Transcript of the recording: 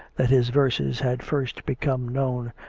that his verses had first become known,